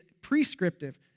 prescriptive